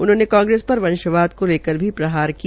उन्होंने कांग्रेसे पर वंशवाद को लेकर प्रहार किया